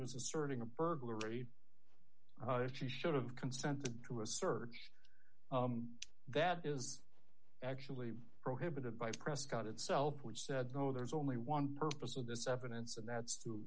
was asserting a burglary she should have consented to a search that is actually prohibited by prescott itself which said no there's only one purpose of this evidence and that's